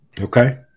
Okay